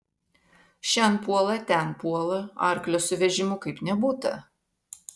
šen puola ten puola arklio su vežimu kaip nebūta